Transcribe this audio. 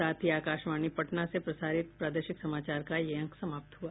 इसके साथ ही आकाशवाणी पटना से प्रसारित प्रादेशिक समाचार का ये अंक समाप्त हुआ